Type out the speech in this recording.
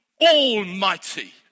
almighty